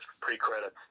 pre-credits